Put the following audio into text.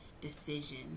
decision